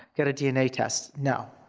get a dna test, no,